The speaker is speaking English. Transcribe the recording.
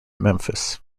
memphis